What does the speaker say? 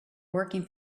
working